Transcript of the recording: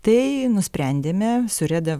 tai nusprendėme su reda